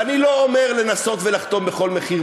ואני לא אומר לנסות ולחתום בכל מחיר,